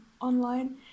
online